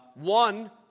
One